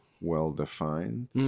well-defined